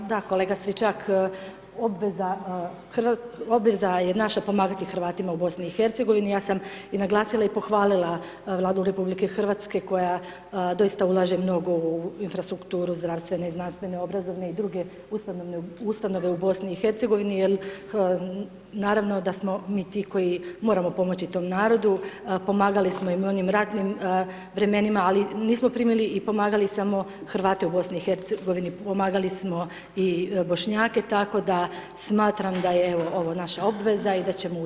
Pa da kolega Stričak, obveza je naša pomagati Hrvatima u BiH-u, ja sam i naglasila i pohvalila Vladu RH koja doista ulaže mnogo u infrastrukturu zdravstvene, znanstvene, obrazovne i druge ustanove u BiH-u jer naravno da smo mi ti koji moramo pomoći tom narodu, pomagali smo i u onim ratnim vremenima ali nismo primili i pomagali samo Hrvate u BiH-u, pomagali smo i Bošnjake, tako da smatram da je evo ovo naša obveza i da ćemo ustrajati na tom putu.